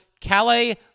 Calais